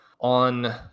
on